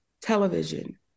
television